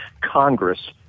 Congress